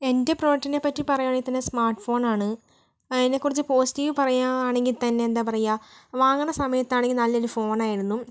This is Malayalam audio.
എൻ്റെ പ്രോഡക്റ്റിനെ പറ്റി പറയുവാണെങ്കിൽ തന്നെ സ്മാർട്ട് ഫോണാണ് അതിനെക്കുറിച്ച് പോസിറ്റീവ് പറയുവാണെങ്കിൽ തന്നെ എന്താ പറയാ വാങ്ങണത് സമയത്താണെങ്കിൽ നല്ലൊരു ഫോണായിരുന്നു